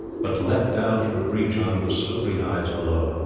but leapt down from the breach on to the slippery hides below.